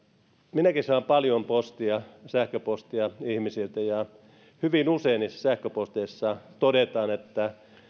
minäkin saan paljon sähköpostia ihmisiltä ja hyvin usein niissä sähköposteissa todetaan että